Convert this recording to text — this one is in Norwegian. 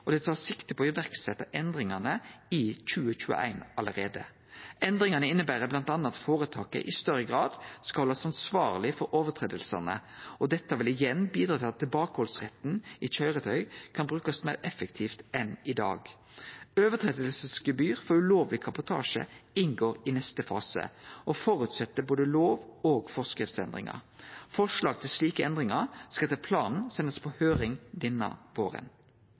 og ein tar sikte på å setje i verk endringane allereie i 2021. Endringane inneber bl.a. at føretaket i større grad skal haldast ansvarleg for brota, og dette vil igjen bidra til at tilbakehaldsretten i køyretøy kan brukast meir effektivt enn i dag. Brotsgebyr for ulovleg kabotasje inngår i neste fase og føreset både lov- og forskriftsendringar. Forslag til slike endringar skal etter planen bli sende på høyring denne våren.